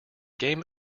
game